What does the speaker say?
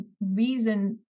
reason